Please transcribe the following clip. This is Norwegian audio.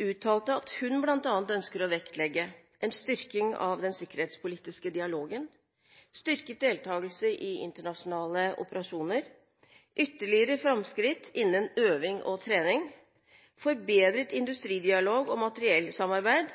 uttalte at hun bl.a. ønsker å vektlegge en styrking av den sikkerhetspolitiske dialogen, styrket deltagelse i internasjonale operasjoner, ytterligere framskritt innen øving og trening og forbedret industridialog og materiellsamarbeid